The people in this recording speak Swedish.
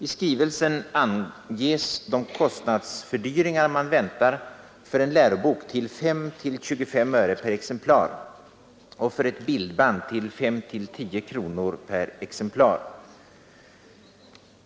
I skrivelsen anges de kostnadsfördyringar man väntar för en lärobok till 5—25 öre per exemplar och för ett bildband till 5—10 kronor per exemplar.